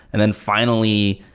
and then finally,